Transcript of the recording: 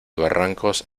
barrancos